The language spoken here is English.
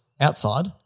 outside